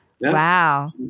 wow